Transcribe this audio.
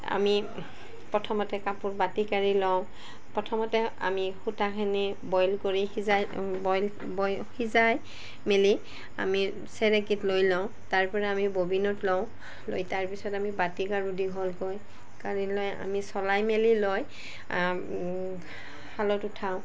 আমি প্ৰথমতে কাপোৰ বাতি কাঢ়ি লওঁ প্ৰথমতে আমি সূতাখিনি বইল কৰি সিজাই বইল বইল সিজাই মেলি আমি চেৰেকীত লৈ লওঁ তাৰপৰা আমি ববিনত লওঁ লৈ তাৰপিছত আমি বাতি কাঢ়োঁ দীঘলকৈ কাঢ়ি লৈ আমি চলাই মেলি লৈ শালত উঠাওঁ